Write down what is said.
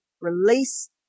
release